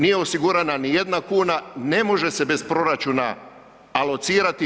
Nije osigurana nijedna kuna, ne može se bez proračuna alocirati.